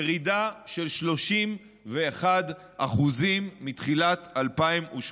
ירידה של 31% מתחילת 2018,